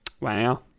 Wow